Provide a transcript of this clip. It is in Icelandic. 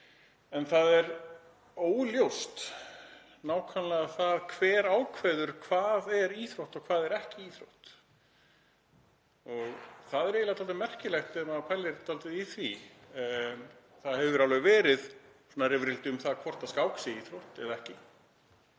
en það er óljóst nákvæmlega hver ákveður hvað er íþrótt og hvað er ekki íþrótt og það er eiginlega dálítið merkilegt ef maður pælir í því. Það hefur alveg verið rifrildi um það hvort skák sé íþrótt eða ekki.